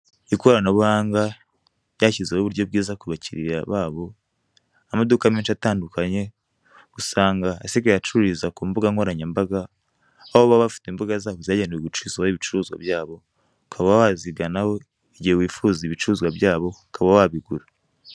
Ikoranabuganga ryashizeho uburyo bwiza ku bakiriya babo, amaduka menshi atandukanye, usanga asigaye acururiza ku mbugankoranyambaga, aho baba bafiti imbuga zagenewe gucururizwaho ibicuruzwa byabo, ukaba waziganaho igihe wifuza ibicuruzwa byabo ukaba wabigura.